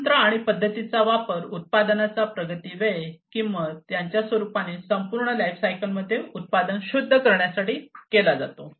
तंत्र आणि पद्धती चा वापर उत्पादनाचा प्रगती वेळ किंमत यांच्या स्वरूपाने संपूर्ण लाइफसायकल मध्ये उत्पादन शुद्ध करण्यासाठी केला जातो